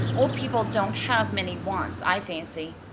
old people don't have many wants, i fancy.